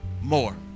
more